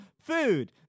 Food